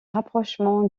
rapprochement